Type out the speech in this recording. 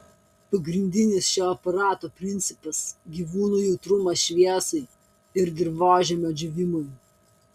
pagrindinis šio aparato principas gyvūnų jautrumas šviesai ir dirvožemio džiūvimui